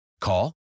Call